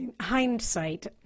hindsight